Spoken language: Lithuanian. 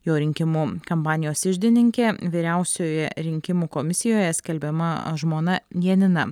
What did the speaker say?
jo rinkimų kampanijos iždininkė vyriausiojoje rinkimų komisijoje skelbiama žmona janina